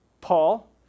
Paul